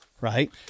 Right